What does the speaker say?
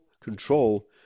control